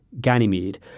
Ganymede